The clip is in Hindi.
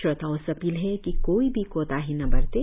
श्रोताओं से अपील है कि कोई भी कोताही न बरतें